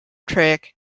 track